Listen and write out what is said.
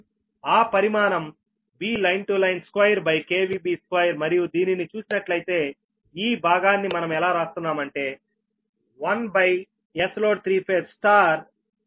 ఆ పరిమాణం VL L22మరియు దీనిని చూసినట్లయితే ఈ భాగాన్ని మనం ఎలా రాస్తున్నాము అంటే 1Sload3∅B